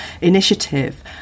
initiative